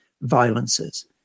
violences